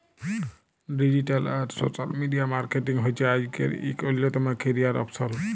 digital আর social media marketing হছে আইজকের ইক অল্যতম ক্যারিয়ার অপসল